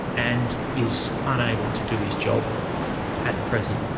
and is unable to do his job at present.